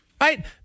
right